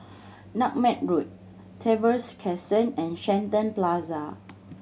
Nutmeg Road Trevose Crescent and Shenton Plaza